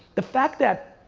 the fact that,